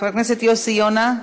חבר הכנסת יוסי יונה,